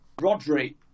Rodri